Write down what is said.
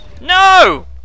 No